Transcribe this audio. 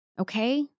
Okay